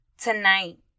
Tonight